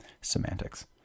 Semantics